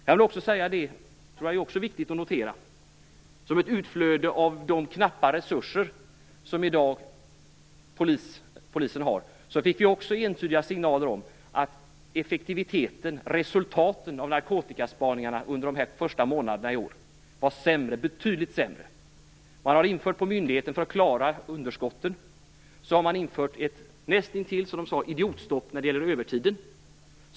Jag tror att det är viktigt att notera att vi också fick entydiga signaler om att effektiviteten, resultaten av narkotikaspaningarna, under de första månaderna i år var betydligt sämre som ett utflöde av de knappa resurser som polisen i dag har. För att klara underskotten har man på myndigheten infört ett näst intill idiotstopp när det gäller övertiden.